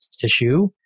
tissue